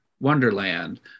Wonderland